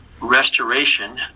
restoration